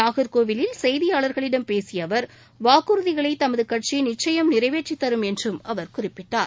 நாகர்கோவில் செய்தியாளர்களிடம் பேசியஅவர் வாக்குறுதிகளைதமதுகட்சி நிச்சயம் நிறைவேற்றித்தரும் என்றும் அவர் குறிப்பிட்டார்